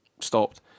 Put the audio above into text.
stopped